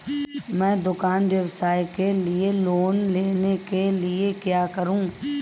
मैं दुकान व्यवसाय के लिए लोंन लेने के लिए क्या करूं?